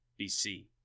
BC